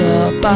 up